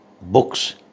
books